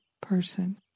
person